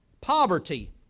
Poverty